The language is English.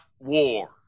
war